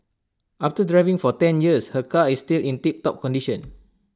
after driving for ten years her car is still in tiptop condition